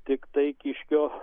tiktai kiškio